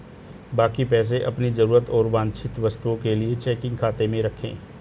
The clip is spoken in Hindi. बाकी पैसे अपनी जरूरत और वांछित वस्तुओं के लिए चेकिंग खाते में रखें